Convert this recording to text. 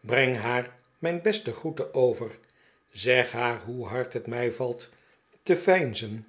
breng haar mijn beste groeten over zeg haar hoe hard het mij valt te veinzen